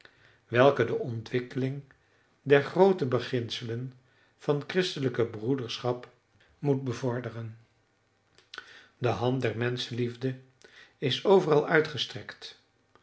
welke de ontwikkeling der groote beginselen van christelijke broederschap moet bevorderen de hand der menschenliefde is overal uitgestrekt